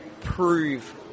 prove